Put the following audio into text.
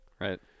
Right